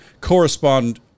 correspond